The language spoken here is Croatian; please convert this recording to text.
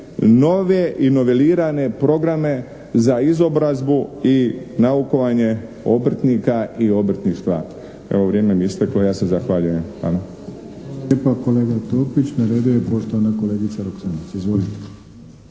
nove i novelirane programe za izobrazbu i naukovanje obrtnika i obrtništva. Evo vrijeme mi je isteklo, ja se zahvaljujem.